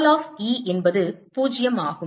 Curl of E என்பது 0 ஆகும்